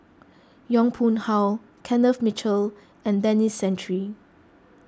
Yong Pung How Kenneth Mitchell and Denis Santry